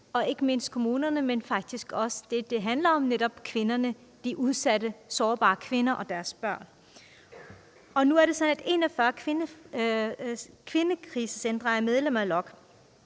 og ikke mindst kommunerne, men faktisk også dem, det handler om, nemlig kvinderne – de udsatte, sårbare kvinder og deres børn. Nu er det sådan, at 41 kvindekrisecentre er medlem af LOKK,